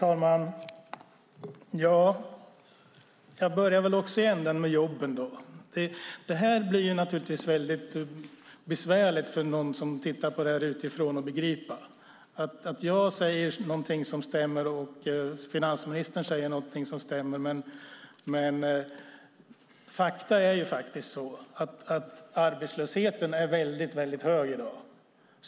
Herr talman! Jag börjar också i änden med jobben då. Det här blir naturligtvis väldigt besvärligt att begripa för den som tittar på det här utifrån. Jag säger någonting som stämmer och finansministern säger någonting som stämmer, men fakta är faktiskt att arbetslösheten är väldigt hög i dag.